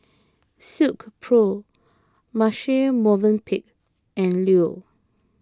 Silkpro Marche Movenpick and Leo